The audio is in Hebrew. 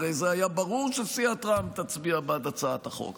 הרי זה היה ברור שסיעת רע"מ תצביע בעד הצעת החוק.